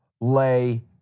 lay